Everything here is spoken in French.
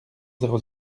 zéro